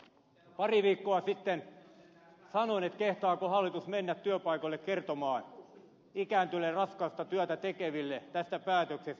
pari viikkoa sitten kysyin kehtaako hallitus mennä työpaikoille kertomaan ikääntyneille raskasta työtä tekeville tästä päätöksestä